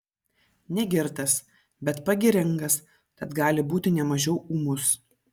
negirtas bet pagiringas tad gali būti ne mažiau ūmus